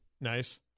Nice